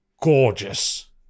gorgeous